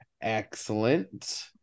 Excellent